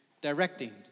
Directing